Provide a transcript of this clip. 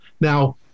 Now